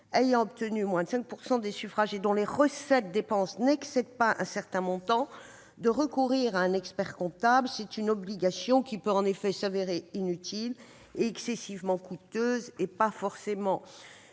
ayant obtenu moins de 5 % des suffrages et dont les recettes et dépenses n'excèdent pas un certain montant de recourir à un expert-comptable. Une telle obligation peut en effet se révéler inutile et excessivement coûteuse, sans être